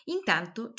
Intanto